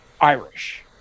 Irish